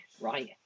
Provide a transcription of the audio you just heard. right